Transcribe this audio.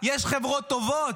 יש חברות טובות.